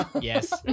Yes